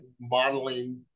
modeling